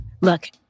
Look